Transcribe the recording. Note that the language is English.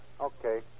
Okay